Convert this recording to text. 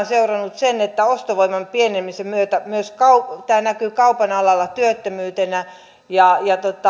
seurannut se että ostovoiman pienenemisen myötä tämä näkyy kaupan alalla työttömyytenä ja